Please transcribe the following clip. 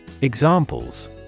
Examples